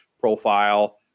profile